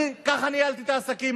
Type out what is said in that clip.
אני ככה ניהלתי את העסקים.